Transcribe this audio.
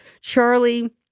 Charlie